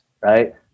Right